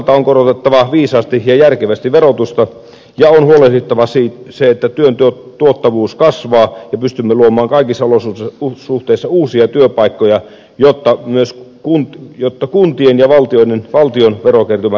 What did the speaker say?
toisaalta on korotettava viisaasti ja järkevästi verotusta ja on huolehdittava siitä että työn tuottavuus kasvaa ja pystymme luomaan kaikissa olosuhteissa uusia työpaikkoja jotta kuntien ja valtion verokertymä lähtee kasvuun